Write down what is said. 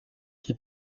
qui